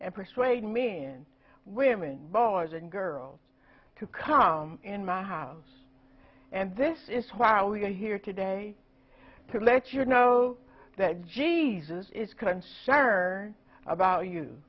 and persuade men women boys and girls to come in my house and this is why we are here today to let you know that jesus is concerned about you